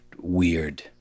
weird